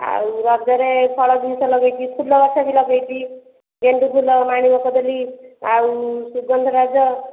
ଆଉ ରଜରେ ଫଳ ଜିନିଷ ଲଗେଇଛି ଫୁଲ ଗଛ ବି ଲଗେଇଛି ଗେଣ୍ଡୁ ଫୁଲ ମାଣି ମଗଦଲି ଆଉ ସୁଗନ୍ଧରାଜ